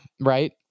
right